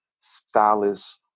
stylist